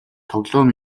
тоглоом